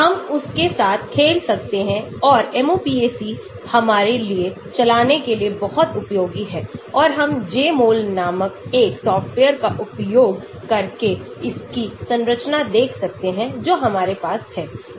हम उसके साथ खेल सकते हैं और MOPAC हमारे लिए चलाने के लिए बहुत उपयोगी है और हम Jmol नामक एक सॉफ्टवेयर का उपयोग करके इसकी संरचना देख सकते हैं जो हमारे पास है